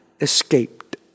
escaped